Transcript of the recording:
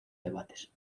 debates